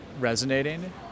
resonating